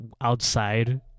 outside